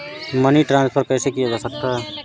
Money transfer कैसे किया जा सकता है?